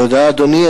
תודה, אדוני.